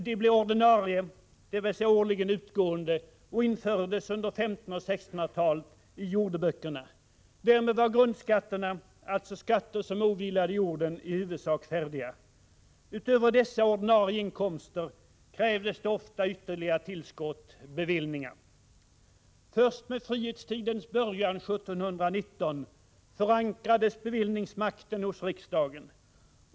De blev ordinarie, dvs. årligen utgående, och infördes under 1500 och 1600-talet i jordeböckerna. Därmed var grundskatterna, alltså skatter som åvilade jorden, i huvudsak färdiga. Utöver dessa ordinarie inkomster krävdes ofta ytterligare tillskott, bevillningar. Först med frihetstidens början 1719 förankrades bevillningsmakten hos riksdagen.